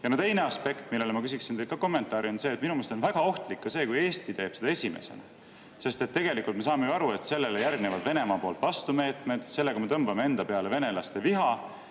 Teine aspekt, mille kohta ma küsiksin teilt kommentaari, on see, et minu meelest on väga ohtlik, kui Eesti teeb seda esimesena, sest me saame ju aru, et sellele järgnevad Venemaa poolt vastumeetmed, sellega me tõmbame enda peale venelaste viha.